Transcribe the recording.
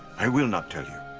i will not tell you,